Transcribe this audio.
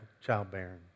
childbearing